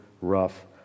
rough